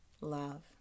love